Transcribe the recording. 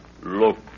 look